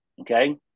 okay